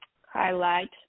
highlight